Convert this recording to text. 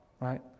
right